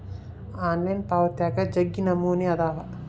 online ಪಾವಾತ್ಯಾಗ ಜಗ್ಗಿ ನಮೂನೆ ಅದಾವ